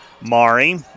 Mari